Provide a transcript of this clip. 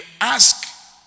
ask